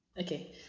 okay